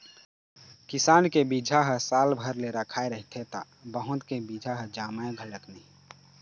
किसान के बिजहा ह साल भर ले रखाए रहिथे त बहुत के बीजा ह जामय घलोक नहि